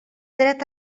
dret